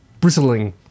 bristling